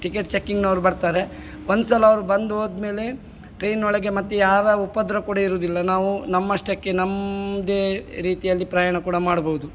ticket ಚೆಕ್ಕಿಂಗ್ನವ್ರು ಬರ್ತಾರೆ ಒಂದು ಸಲ ಅವ್ರು ಬಂದು ಹೋದ ಮೇಲೆ ಟ್ರೈನ್ನೊಳಗೆ ಮತ್ತೆ ಯಾರ ಉಪದ್ರ ಕೂಡ ಇರೋದಿಲ್ಲ ನಾವು ನಮ್ಮಷ್ಟಕ್ಕೆ ನಮ್ಮದೇ ರೀತಿಯಲ್ಲಿ ಪ್ರಯಾಣ ಕೂಡ ಮಾಡ್ಬೌದು